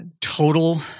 Total